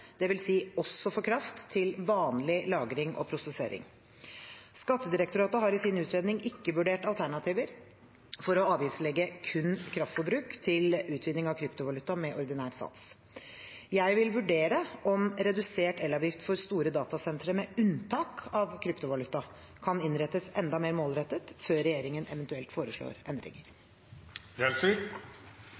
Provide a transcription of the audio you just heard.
også for kraft til «vanlig» lagring og prosessering. Skattedirektoratet har i sin utredning ikke vurdert alternativer for å avgiftslegge kun kraftforbruk til utvinning av kryptovaluta med ordinær sats. Jeg vil vurdere om redusert elavgift for store datasentre med unntak av kryptovaluta kan innrettes enda mer målrettet, før regjeringen eventuelt foreslår